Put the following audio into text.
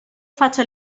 faccia